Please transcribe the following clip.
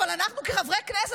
אבל אנחנו כחברי כנסת,